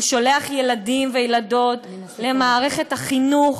הוא שולח ילדים וילדות למערכת החינוך,